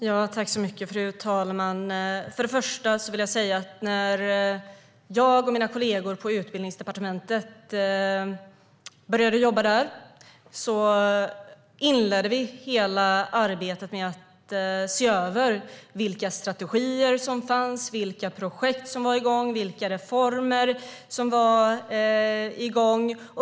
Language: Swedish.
Fru talman! Först och främst vill jag säga att jag och mina kollegor när vi började jobba på Utbildningsdepartementet inledde hela arbetet med att se över vilka strategier som fanns, vilka projekt som var igång och vilka reformer som var igång.